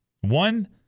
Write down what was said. One